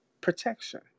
protection